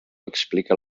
explica